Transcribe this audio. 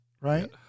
right